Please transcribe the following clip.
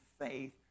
faith